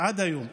עד היום,